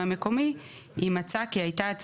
אם הוא